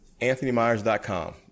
AnthonyMyers.com